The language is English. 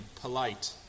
polite